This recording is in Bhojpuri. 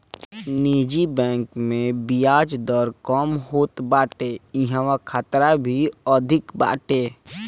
निजी बैंक में बियाज दर कम होत बाटे इहवा खतरा भी अधिका बाटे